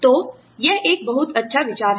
तो यह एक बहुत अच्छा विचार है